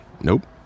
Nope